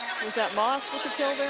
is that moss with the kill